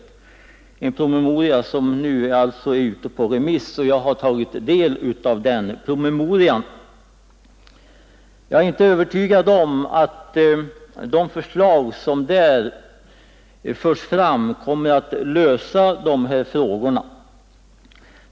Jag har tagit del av denna promemoria, som nu är ute på remiss. Jag är inte övertygad om att de förslag som där förs fram kommer att lösa dessa frågor.